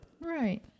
Right